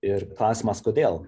ir klausimas kodėl